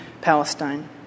Palestine